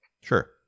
Sure